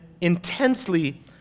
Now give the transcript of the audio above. intensely